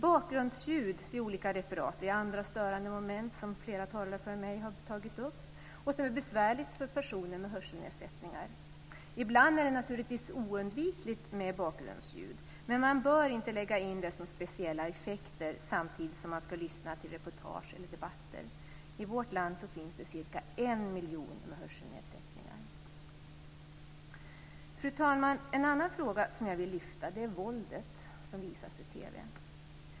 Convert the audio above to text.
Bakgrundsljud vid olika referat är andra störande moment som flera talare före mig har tagit upp och som är besvärligt för personer med hörselnedsättningar. Ibland är det naturligtvis oundvikligt med bakgrundsljud, men det bör inte läggas in som speciella effekter samtidigt som man ska lyssna till reportage eller debatter. I vårt land finns det cirka en miljon med hörselnedsättningar. Fru talman! En annan fråga som jag vill lyfta är våldet som visas i TV.